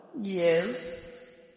Yes